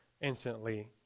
instantly